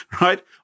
Right